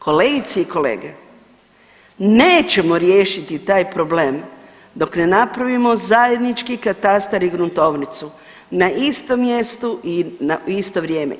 Kolegice i kolege, nećemo riješiti taj problem dok ne napravimo zajednički katastar i gruntovnicu, na istom mjestu i na isto vrijeme.